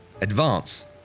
advance